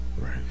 Right